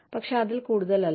പക്ഷേ അതിൽ കൂടുതലല്ല